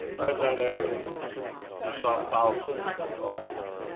right in that area he saw thousands of buffalos.